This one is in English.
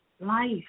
life